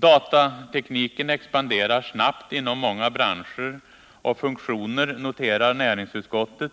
Datatekniken expanderar snabbt inom många branscher och funktioner, Nr 168 noterar näringsutskottet